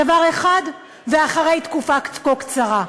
דבר אחד, ואחרי תקופה כה קצרה.